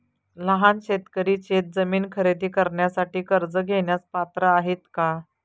लहान शेतकरी शेतजमीन खरेदी करण्यासाठी कर्ज घेण्यास पात्र आहेत का?